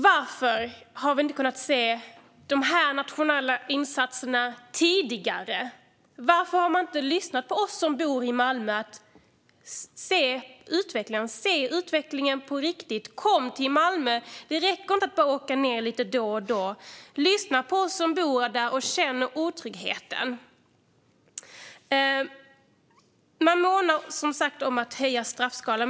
Varför har vi inte kunnat se dessa nationella insatser tidigare? Varför har man inte lyssnat på oss som bor i Malmö och sett utvecklingen på riktigt? Kom till Malmö! Det räcker inte att bara åka dit ned lite då och då. Lyssna på oss som bor där och känner otryggheten. Man månar, som sagt, om att höja straffskalan.